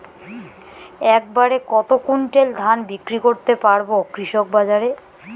এক বাড়ে কত কুইন্টাল ধান বিক্রি করতে পারবো কৃষক বাজারে?